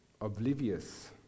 oblivious